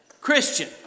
Christian